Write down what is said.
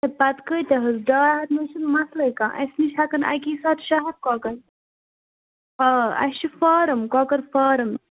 پَتہٕ کٲتیٛاہ حظ ڈاے ہَتھ نہ حظ چھُنہٕ مَسلے کانٛہہ اَسہِ نِش ہیٚکَن اَکی ساتہٕ شےٚ ہَتھ کۄکَر آ اَسہِ چھُ فارَم کۄکَر فارَم